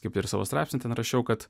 kaip ir savo straipsny rašiau kad